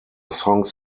songs